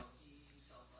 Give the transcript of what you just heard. himself,